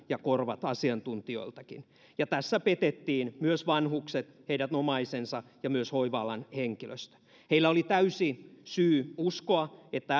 ja korvat asiantuntijoiltakin ja tässä petettiin myös vanhukset heidän omaisensa ja myös hoiva alan henkilöstö heillä oli täysi syy uskoa että